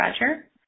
Roger